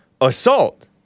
assault